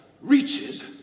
reaches